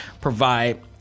provide